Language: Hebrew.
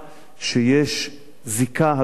שיש זיקה הדוקה